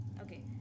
Okay